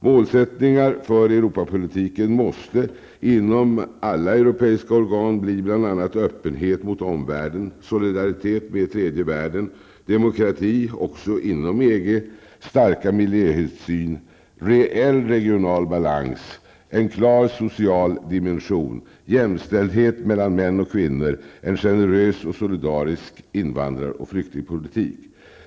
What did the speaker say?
Målsättningarna för Europapolitiken måste inom alla europeiska organ bli bl.a. öppenhet mot omvärlden, solidaritet med tredje världen, demokrati också inom EG, starka miljöhänsyn, reell regional balans, en klar social dimension, jämställdhet mellan män och kvinnor samt en generös och solidarisk invandrar och flyktingpolitik.